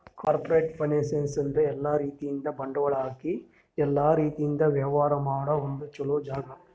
corporate finance ಅಂದ್ರ ಎಲ್ಲಾ ರೀತಿಯಿಂದ್ ಬಂಡವಾಳ್ ಹಾಕಿ ಎಲ್ಲಾ ರೀತಿಯಿಂದ್ ವ್ಯವಹಾರ್ ಮಾಡ ಒಂದ್ ಚೊಲೋ ಜಾಗ